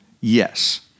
Yes